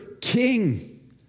King